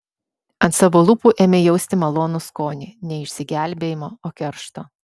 ant savo lūpų ėmė jausti malonų skonį ne išsigelbėjimo o keršto